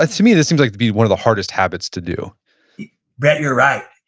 ah to me, this seems like to be one of the hardest habits to do brett, you're right.